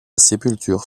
sépulture